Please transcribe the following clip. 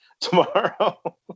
tomorrow